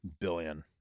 billion